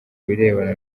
birebana